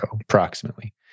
approximately